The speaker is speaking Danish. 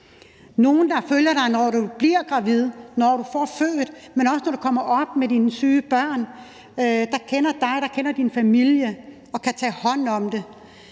nogen, der følger dig, når du bliver gravid, når du har født, men også når du kommer op med dine syge børn – nogen, der kender dig, der kender din familie og kan tage hånd om det.